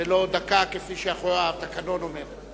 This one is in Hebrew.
ולא דקה כפי שהתקנון אומר.